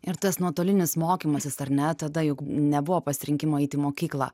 ir tas nuotolinis mokymasis ar ne tada juk nebuvo pasirinkimo eit į mokyklą